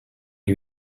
you